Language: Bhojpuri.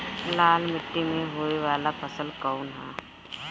लाल मीट्टी में होए वाला फसल कउन ह?